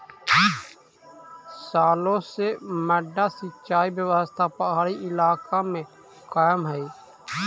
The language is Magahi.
सालो से मड्डा सिंचाई व्यवस्था पहाड़ी इलाका में कायम हइ